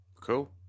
Cool